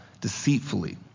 deceitfully